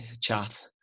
chat